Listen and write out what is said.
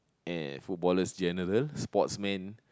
and footballers general